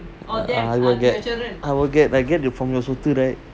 I will get I will get from your